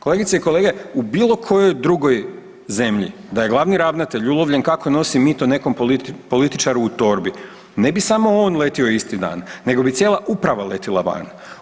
Kolegice i kolege, u bilo kojoj drugoj zemlji da je glavni ravnatelj ulovljen kako nosi mito nekom političaru u torbi, ne bi samo on letio isti dan, nego bi cijela uprava letjela van.